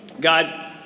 God